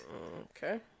Okay